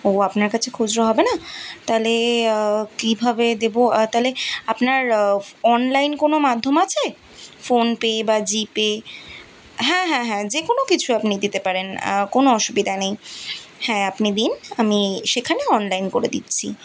ও আপনার কাছে খুচরো হবে না তাহলে কীভাবে দেব তাহলে আপনার অনলাইন কোনো মাধ্যম আছে ফোনপে বা জিপে হ্যাঁ হ্যাঁ হ্যাঁ যে কোনও কিছু আপনি দিতে পারেন কোনো অসুবিধা নেই হ্যাঁ আপনি দিন আমি সেখানে অনলাইন করে দিচ্ছি